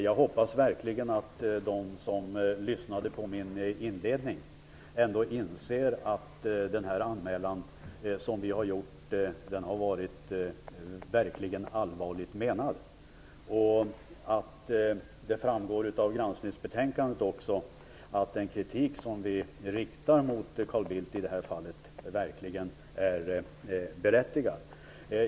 Jag hoppas verkligen att de som lyssnade på min inledning ändå insåg att den här anmälan verkligen är allvarligt menad. Det framgår också av granskningsbetänkandet att den kritik som vi riktar mot Carl Bildt i det här fallet verkligen är befogad.